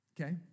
Okay